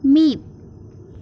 ᱢᱤᱫ